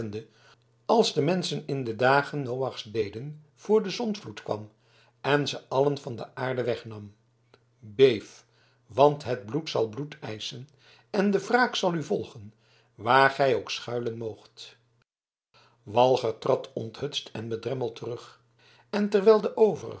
als de menschen in de dagen noachs deden voor de zondvloed kwam en ze allen van de aarde wegnam beef want het bloed zal bloed eischen en de wraak zal u vervolgen waar gij ook schuilen moogt walger trad onthutst en bedremmeld terug en terwijl de